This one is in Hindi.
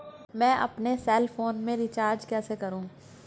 मैं अपने सेल फोन में रिचार्ज कैसे करूँ?